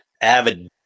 avid